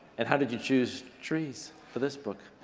and how did you choose trees for this book?